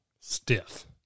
Stiff